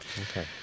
Okay